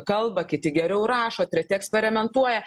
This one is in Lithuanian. kalba kiti geriau rašo treti eksperimentuoja